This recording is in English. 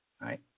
Right